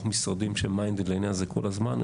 משרדים שהם מיינדד לעניין הזה כל הזמן.